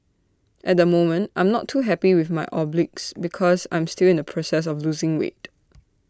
at the moment I'm not too happy with my obliques because I'm still in the process of losing weight